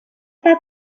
pas